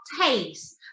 taste